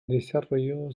desarrolló